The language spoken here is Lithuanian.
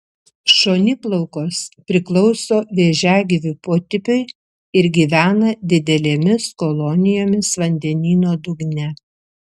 šoniplaukos priklauso vėžiagyvių potipiui ir gyvena didelėmis kolonijomis vandenyno dugne